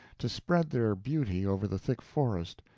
to spread their beauty over the thick forest,